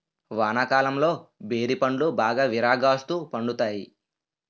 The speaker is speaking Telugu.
వానాకాలంలో బేరి పండ్లు బాగా విరాగాస్తు పండుతాయి